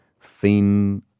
thin